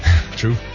True